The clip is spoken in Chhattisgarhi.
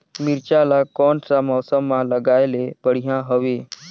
मिरचा ला कोन सा मौसम मां लगाय ले बढ़िया हवे